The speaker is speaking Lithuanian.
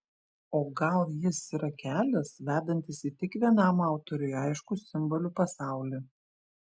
o gal jis yra kelias vedantis į tik vienam autoriui aiškų simbolių pasaulį